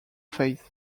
faiths